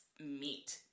meet